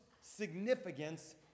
significance